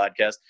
podcast